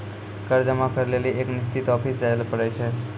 कर जमा करै लेली एक निश्चित ऑफिस जाय ल पड़ै छै